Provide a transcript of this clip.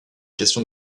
question